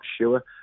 sure